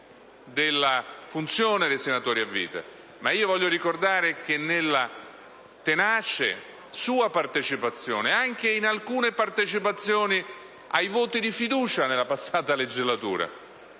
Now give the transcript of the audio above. della funzione dei senatori a vita, ma io voglio ricordare che nella tenace sua partecipazione, anche ad alcuni voti di fiducia nella passata legislatura,